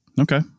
Okay